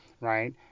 right